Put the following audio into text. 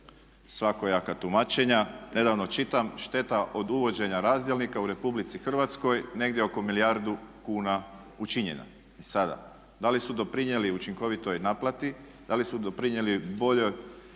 svakojaka tumačenja. Nedavno čitam šteta od uvođenja razdjelnika u RH negdje oko milijardu kuna učinjena sada. Da li su doprinijeli učinkovitoj naplati, da li su doprinijeli boljoj